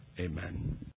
Amen